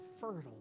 fertile